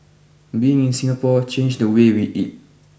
being in Singapore changed the way we eat